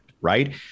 right